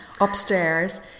upstairs